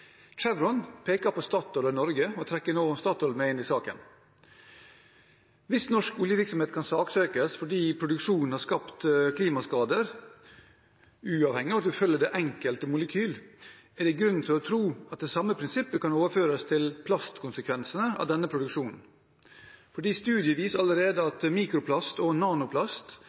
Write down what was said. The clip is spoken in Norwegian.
peker på Statoil og Norge og trekker nå Statoil inn i saken. Hvis norsk oljevirksomhet kan saksøkes fordi produksjonen har skapt klimaskader, uavhengig av om en følger det enkelte molekyl, er det grunn til å tro at det samme prinsippet kan overføres til plastkonsekvensene av denne produksjonen. Studier viser allerede at mikroplast og nanoplast